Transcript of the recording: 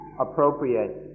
appropriate